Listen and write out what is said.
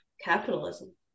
capitalism